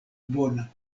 bona